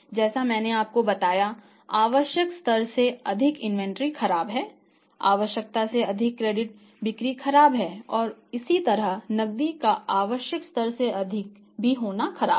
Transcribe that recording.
जैसा कि मैंने आपको बताया आवश्यक स्तर से अधिक इन्वेंट्री खराब है आवश्यकता से अधिक क्रेडिट बिक्री खराब है और इसी तरह नकदी का आवश्यक स्तर से अधिक भी खराब है